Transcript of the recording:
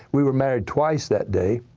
we were married twice that day.